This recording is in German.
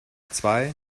zwei